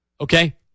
okay